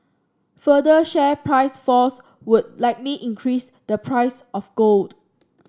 further share price falls would likely increase the price of gold